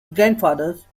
grandfathers